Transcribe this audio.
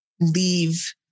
leave